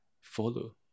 follow